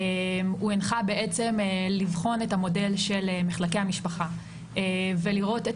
השר הנחה לבחון את המודל של מחלקי המשפחה ולהבין